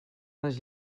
les